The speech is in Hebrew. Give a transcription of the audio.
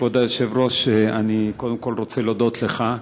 כבוד היושב-ראש, אני קודם כול רוצה להודות לך.